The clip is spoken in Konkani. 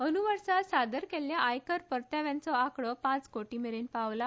अंद् वर्सा सादर केल्ल्या आयकर परताव्यांचो आंकडो पांच कोटी मेरेन पावला